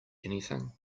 anything